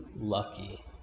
lucky